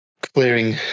clearing